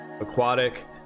aquatic